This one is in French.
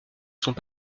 sont